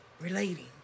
relating